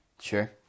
Sure